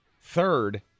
third